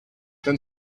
then